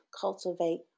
cultivate